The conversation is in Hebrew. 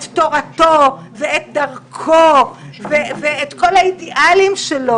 תורתו ואת דרכו ואת כל האידיאלים שלו.